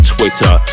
Twitter